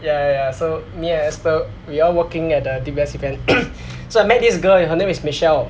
ya ya ya so me and esther we all working at the D_B_S event so I met this girl and her name is michelle